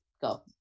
Go